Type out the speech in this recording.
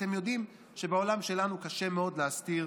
ואתם יודעים שבעולם שלנו קשה מאוד להסתיר